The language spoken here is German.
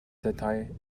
detail